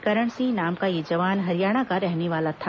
करण सिंह नाम का यह जवान हरियाणा का रहने वाला था